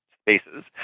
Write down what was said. spaces